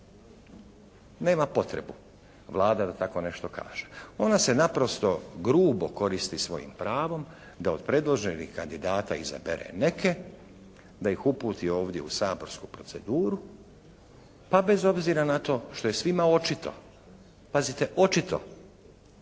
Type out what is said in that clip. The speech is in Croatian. Nema potrebu Vlada da tako nešto kaže. Ona se naprosto grubo koristi svojim pravom da od predloženih kandidata izabere neke, da ih uputi ovdje u saborsku proceduru, pa bez obzira na to što je svima očito, pazite, očito